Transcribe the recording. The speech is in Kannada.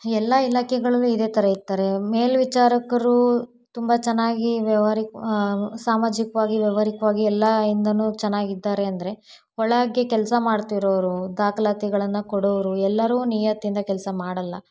ಎಲ್ಲ ಇಲಾಖೆಗಳಲ್ಲೂ ಇದೆ ಥರ ಇರ್ತಾರೆ ಮೇಲ್ವಿಚಾರಕರೂ ತುಂಬ ಚೆನ್ನಾಗಿ ವ್ಯಾವಹಾರಿಕ ಸಾಮಾಜಿಕವಾಗಿ ವ್ಯಾವಹಾರಿಕ್ವಾಗಿ ಎಲ್ಲ ಇಂದಾನು ಚೆನ್ನಾಗಿ ಇದ್ದಾರೆ ಅಂದರೆ ಒಳಗೆ ಕೆಲಸ ಮಾಡ್ತಿರೋವ್ರು ದಾಖಲಾತಿಗಳನ್ನ ಕೊಡೋವ್ರು ಎಲ್ಲರೂ ನಿಯತ್ತಿಂದ ಕೆಲಸ ಮಾಡೋಲ್ಲ